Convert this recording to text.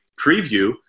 preview –